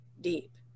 deep